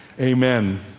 Amen